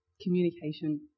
communication